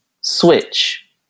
switch